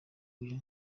uyu